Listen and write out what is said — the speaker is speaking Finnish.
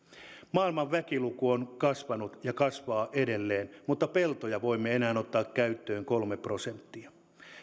maailman väkiluku on kasvanut ja kasvaa edelleen mutta peltoja voimme ottaa käyttöön enää kolme prosenttia